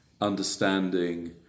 understanding